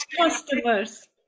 customers